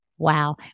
Wow